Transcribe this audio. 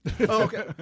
Okay